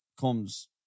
comes